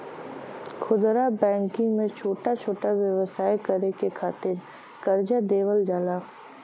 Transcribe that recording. खुदरा बैंकिंग में छोटा छोटा व्यवसाय करे के खातिर करजा देवल जाला